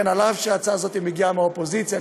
אף שההצעה הזאת מגיעה מהאופוזיציה,